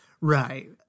Right